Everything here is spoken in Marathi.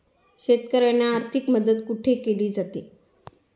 शेतकऱ्यांना आर्थिक मदत कुठे केली जाते?